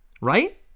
Right